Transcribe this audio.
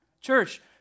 Church